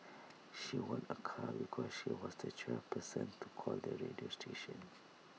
she won A car because she was the twelfth person to call the radio station